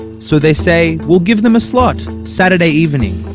so they say, we'll give them a slot. saturday evening,